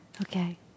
okay